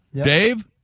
Dave